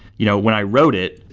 you know when i wrote it,